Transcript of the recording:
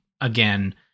Again